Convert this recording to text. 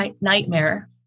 nightmare